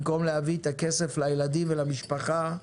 במקום להביא את הכסף לילדים ולמשפחה,